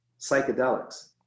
psychedelics